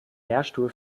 lehrstuhl